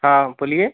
हाँ बोलिए